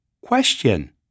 Question